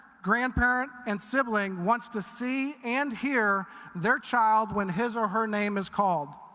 grandparent and sibling wants to see and hear their child when his or her name is called.